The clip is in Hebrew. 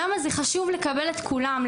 למה זה חשוב לקבל את כולם,